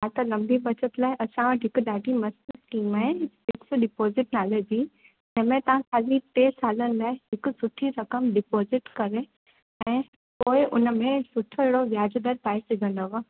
हा त लंबी बचति लाइ असां वटि हिकु ॾाढी मस्तु स्कीम आहे फिक्स डिपोज़िट नाले जी जंहिंमें तव्हां खाली टे सालनि लाइ हिकु सुठी रक़म डिपोज़िट करे ऐं पोइ उन में सुठो अहिड़ो व्याजु दर पाइ सघंदव